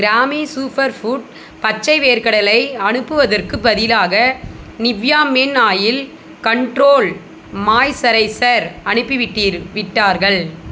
கிராமி super food பச்சை வேர்க்கடலை அனுப்புவதற்குப் பதிலாக Nivea men oil control moisturiser அனுப்பிவிட்டீர் விட்டார்கள்